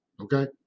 Okay